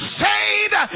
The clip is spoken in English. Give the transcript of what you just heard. saved